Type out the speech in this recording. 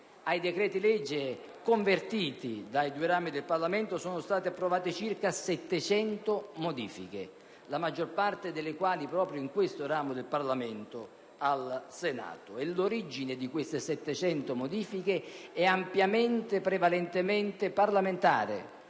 Ai decreti-legge convertiti dai due rami del Parlamento sono state apportate circa 700 modifiche, la maggior parte delle quali proprio in questo ramo del Parlamento, al Senato. E l'origine di queste 700 modifiche è ampiamente e prevalentemente parlamentare,